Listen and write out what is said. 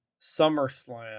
SummerSlam